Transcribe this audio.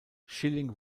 schilling